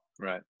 Right